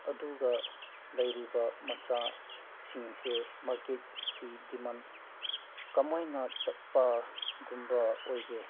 ꯑꯗꯨꯒ ꯂꯩꯔꯤꯕ ꯃꯆꯥꯁꯤꯡꯁꯦ ꯃꯥꯔꯀꯦꯠꯁꯤ ꯗꯤꯃꯥꯟ ꯀꯃꯥꯏꯅ ꯆꯠꯄꯒꯨꯝꯕ ꯑꯣꯏꯒꯦ